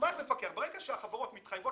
מה איך לפקח?" ברגע שהחברות מתחייבות